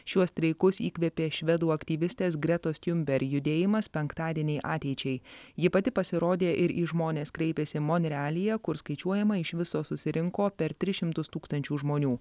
šiuos streikus įkvėpė švedų aktyvistės gretos tiunber judėjimas penktadieniai ateičiai ji pati pasirodė ir į žmones kreipėsi monrealyje kur skaičiuojama iš viso susirinko per tris šimtus tūkstančių žmonių